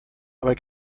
aber